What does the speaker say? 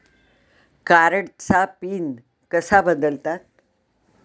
कार्डचा पिन कसा बदलतात?